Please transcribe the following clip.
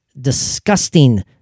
disgusting